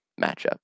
matchup